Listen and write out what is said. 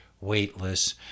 weightless